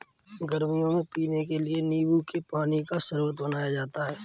गर्मियों में पीने के लिए नींबू के पानी का शरबत बनाया जाता है